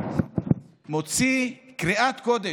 מוציא קריאת קודש,